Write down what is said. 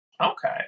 Okay